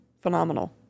phenomenal